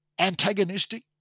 antagonistic